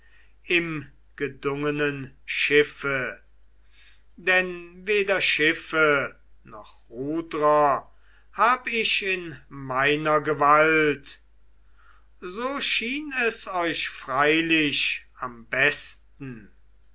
im gedungenen schiffe denn weder schiffe noch rudrer hab ich in meiner gewalt so schien es euch freilich am besten